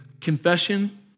confession